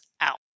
out